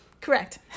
Correct